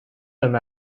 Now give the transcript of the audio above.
them